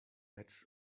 edge